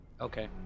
Okay